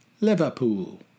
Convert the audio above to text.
Liverpool